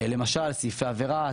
למשל סעיפי עבירה,